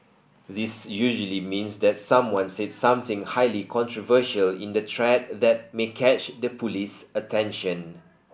this usually means that someone said something highly controversial in the thread that may catch the police's attention